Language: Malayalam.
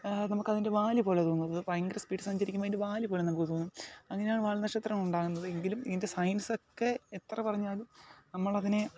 നമുക്ക് അത് അതിൻ്റെ വാൽ പോല തോന്നും അത് ഭയങ്കര സ്പീഡിൽ സഞ്ചരിക്കുമ്പോൾ അതിൻ്റെ വാൽ പോല നമുക്ക് തോന്നും അങ്ങനെയാണ് വാൽനക്ഷത്രം ഉണ്ടാവുന്നത് എങ്കിലും ഇതിൻ്റെ സയൻസ് ഒക്കെ എത്ര പറഞ്ഞാലും നമ്മൾ അതിനെ